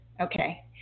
Okay